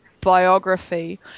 biography